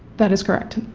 that is correct.